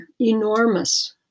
enormous